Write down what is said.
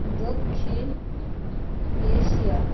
Dakshin Asia